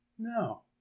No